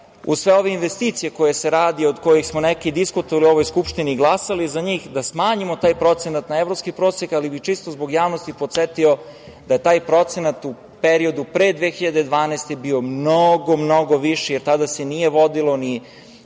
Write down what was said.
uz sve ove investicije koje se rade, od kojih smo neke diskutovali u ovoj Skupštini i glasali za njih, da smanjimo taj procenat na evropski prosek, ali bih čisto zbog javnosti podsetio da je taj procenat u periodu pre 2012. godine bio mnogo, mnogo viši, jer tada se nije vodila